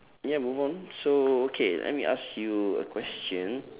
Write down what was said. ya move on so okay let me ask you a question